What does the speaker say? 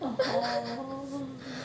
orh hor